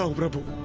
ah river